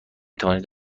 توانید